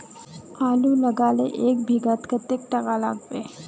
आलूर लगाले एक बिघात कतेक टका लागबे?